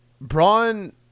Braun